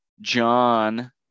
john